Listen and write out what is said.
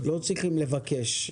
לא צריכים לבקש.